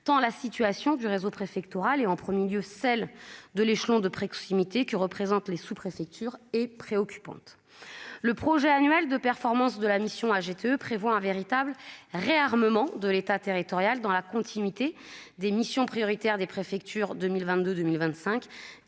tant la situation du réseau préfectoral et en 1er lieu celle de l'échelon de proximité, qui représente les sous-préfectures et préoccupante, le projet annuel de performance de la mission Agettes prévoit un véritable réarmement de l'État territorial dans la continuité des missions prioritaires des préfectures 2022 2025